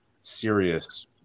serious